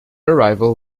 arrival